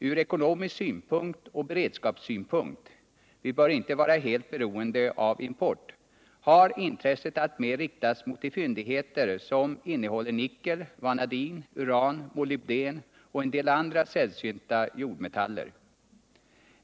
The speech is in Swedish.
Ur ekonomisk synpunkt och beredskapssynpunkt — vi bör inte vara helt beroende av import — har intresset alltmer inriktats mot de fyndigheter som innehåller nickel, vanadin, uran, molybden och en del andra sällsynta jordmetaller.